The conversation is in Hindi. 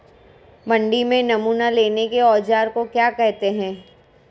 मंडी में नमूना लेने के औज़ार को क्या कहते हैं?